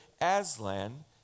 Aslan